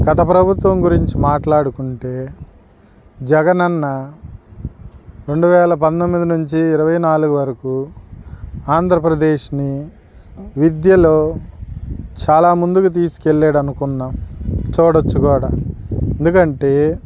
గత ప్రభుత్వం గురించి మాట్లాడుకుంటే జగనన్న రెండు వేల పంతొమ్మిది నుంచి ఇరవై నాలుగు వరకు ఆంధ్రప్రదేశ్ని విద్యలో చాలా ముందుకు తీసుకెళ్ళడనుకున్నాం చూడవచ్చు కూడా ఎందుకంటే